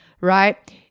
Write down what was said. Right